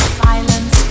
silence